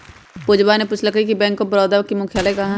पूजवा ने पूछल कई कि बैंक ऑफ बड़ौदा के मुख्यालय कहाँ हई?